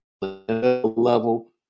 level